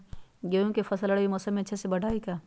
गेंहू के फ़सल रबी मौसम में अच्छे से बढ़ हई का?